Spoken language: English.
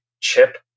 chip